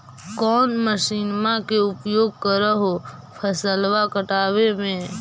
कौन मसिंनमा के उपयोग कर हो फसलबा काटबे में?